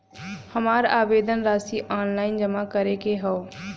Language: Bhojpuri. हमार आवेदन राशि ऑनलाइन जमा करे के हौ?